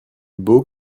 beau